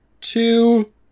two